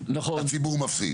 הציבור מפסיד.